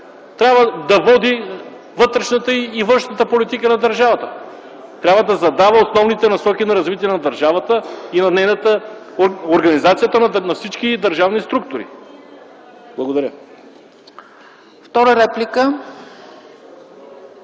трябва да води вътрешната и външната политика на държавата, да задава основните насоки за развитие на държавата и организацията на всички държавни структури?! Благодаря.